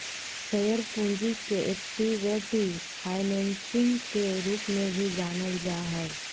share पूंजी के equity financing के रूप में भी जानल जा हइ